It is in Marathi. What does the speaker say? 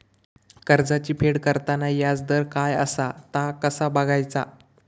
कर्जाचा फेड करताना याजदर काय असा ता कसा बगायचा?